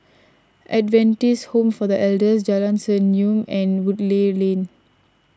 Adventist Home for the Elders Jalan Senyum and Woodleigh Lane